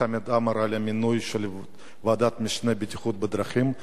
חמד עמאר על המינוי לוועדת המשנה לבטיחות בדרכים.